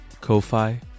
Ko-Fi